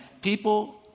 people